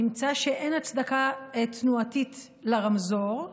נמצא שאין הצדקה תנועתית לרמזור,